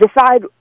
decide